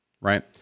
right